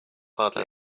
hardly